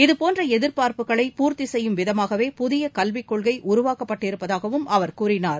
இதுபோன்றஎதிர்பார்ப்புகளை பூர்த்திசெய்யும் விதமாகவே புதியகல்விகொள்கைஉருவாக்கப்பட்டிருப்பதாகவும் அவர் கூறினார்